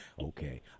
okay